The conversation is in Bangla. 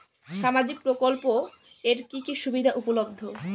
সামাজিক প্রকল্প এর কি কি সুবিধা উপলব্ধ?